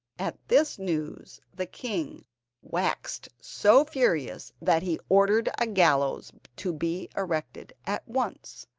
at this news the king waxed so furious that he ordered a gallows to be erected at once,